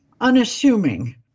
unassuming